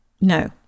No